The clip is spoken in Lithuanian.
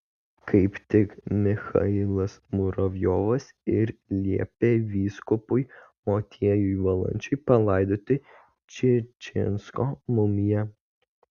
kaip tik michailas muravjovas ir liepė vyskupui motiejui valančiui palaidoti čičinsko mumiją